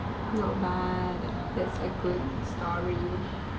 not bad that's a good story